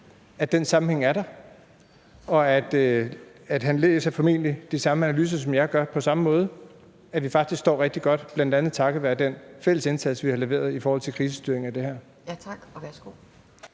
at den sammenhæng er der – han læser formentlig de samme analyser, som jeg gør og på samme måde – og anerkende, at vi faktisk står rigtig godt, bl.a. takket være den fælles indsats, vi har leveret i forhold til krisestyringen af det her? Kl. 11:18 Anden